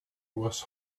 was